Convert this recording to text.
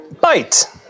bite